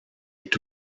est